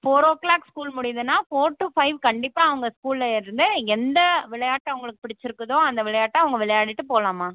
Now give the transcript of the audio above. four o'clock school முடியுதுன்னா four to five கண்டிப்பாக அவங்க ஸ்கூலில் இருந்து எந்த விளையாட்டு அவங்களுக்கு பிடிச்சிருக்குதோ அந்த விளையாட்ட அவங்க விளையாடிவிட்டு போகலாம்மா